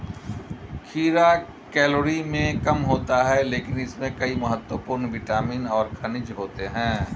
खीरा कैलोरी में कम होता है लेकिन इसमें कई महत्वपूर्ण विटामिन और खनिज होते हैं